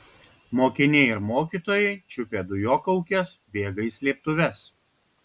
mokiniai ir mokytojai čiupę dujokaukes bėga į slėptuves